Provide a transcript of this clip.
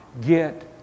get